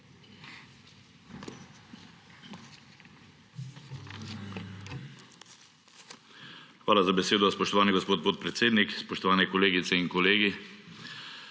Hvala za besedo, spoštovani gospod podpredsednik. Spoštovane kolegice in kolegi!